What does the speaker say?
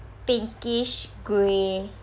pinkish grey